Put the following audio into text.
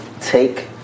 take